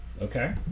okay